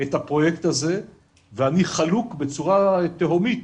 את הפרויקט הזה ואני חלוק בצורה תהומית